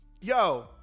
yo